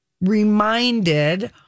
reminded